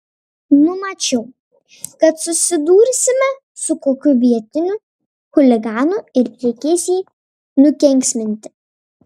numačiau kad susidursime su kokiu vietiniu chuliganu ir reikės jį nukenksminti